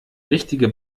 richtige